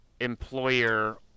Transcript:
employer